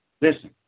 Listen